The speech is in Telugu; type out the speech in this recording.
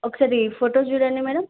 ఒకసారి ఫోటోస్ చూడండి మేడమ్